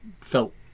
felt